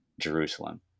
Jerusalem